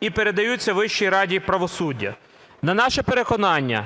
і передаються Вищій раді правосуддя. На наше переконання,